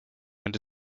into